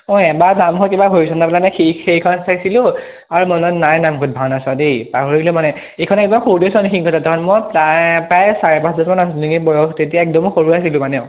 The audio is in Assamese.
অঁ এবাৰ হৰিচন্দ্ৰ পালানে কি সেইখন চাইছিলোঁ আৰু মনত নাই ইমান বহুত ভাওনা চোৱা দেই পাহৰিলোঁ মানে এইখন একদম সৰুতে চোৱা ধৰ মই প্ৰায় প্ৰায় চাৰে পাঁচ বছৰমান সেনেকৈ বয়স তেতিয়া কিন্তু একদম সৰু আছিলোঁ মানে আৰু